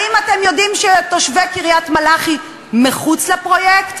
האם אתם יודעים שתושבי קריית-מלאכי מחוץ לפרויקט?